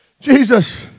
Jesus